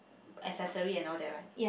accessory and all that right